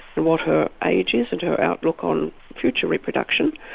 and what her age is and her outlook on future reproduction.